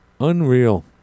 Unreal